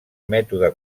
mètode